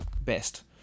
best